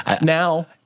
Now—